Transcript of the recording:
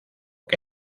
que